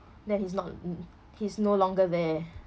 then he's not he's no longer there